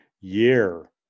year